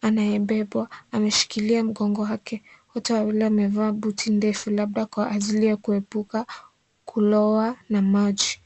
anayebebwa ameshikilia mgongo wake. Wote wawili wamevaa buti ndefu labda kwa ajili ya kuepuke kulowa na maji.